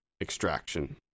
extraction